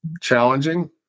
challenging